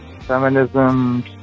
feminism